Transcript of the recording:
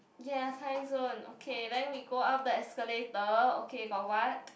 ya Time Zone okay then we go up the escalator okay got what